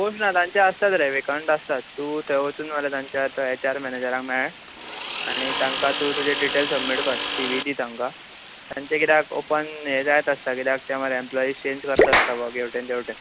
post ना तांचे आसता थंय वेंकड आसता तु थंय वचून मरे तांच्या एच आर मेनेजराक मेळ आनी तांका तू तुजे डिटेल सबमिट कर सिवी दी तांकां तांचे किदे ओपन जायत आसता किद्याक तेचे ते मरे एप्लोइज एक्सचेंज करीत आसता वर्क हेवटेन तेवटेन